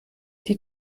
die